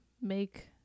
Make